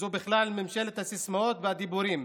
זו בכלל ממשלת הסיסמאות והדיבורים,